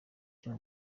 cyo